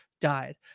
died